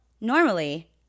normally